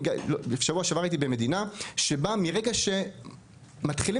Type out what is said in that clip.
בשבוע שעבר הייתי במדינה שמרגע שמתחילים